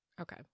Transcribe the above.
Okay